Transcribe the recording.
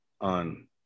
on